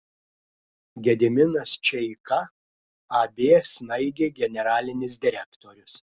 gediminas čeika ab snaigė generalinis direktorius